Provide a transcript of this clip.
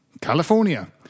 California